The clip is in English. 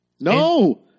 No